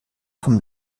vom